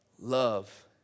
love